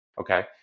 Okay